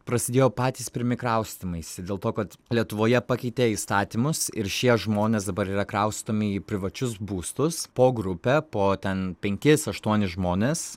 prasidėjo patys pirmi kraustymaisi dėl to kad lietuvoje pakeitė įstatymus ir šie žmonės dabar yra kraustomi į privačius būstus po grupę po ten penkis aštuonis žmones